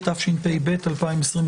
התש"ב-2022.